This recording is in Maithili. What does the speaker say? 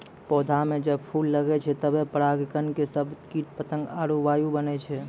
पौधा म जब फूल लगै छै तबे पराग कण के सभक कीट पतंग आरु वायु बनै छै